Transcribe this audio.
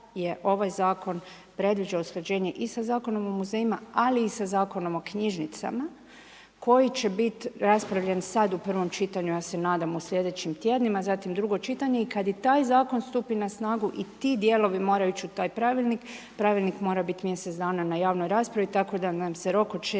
je ovaj zakon predviđao usklađenje i sa zakonom o muzejima, ali i sa zakonom o knjižnicama koji će biti raspravljen sad u prvom čitanju, ja se nadam, u sljedećim tjednima. Zatim drugo čitanje. I kad i taj zakon stupi na snagu i ti dijelovi moraju ići u taj pravilnik, pravilnik mora biti mjesec dana na javnoj raspravi, tako da nam se rok od